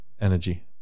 energy